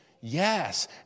Yes